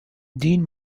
dean